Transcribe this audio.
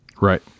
Right